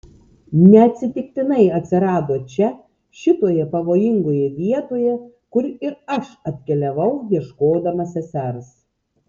neatsitiktinai atsirado čia šitoje pavojingoje vietoje kur ir aš atkeliavau ieškodama sesers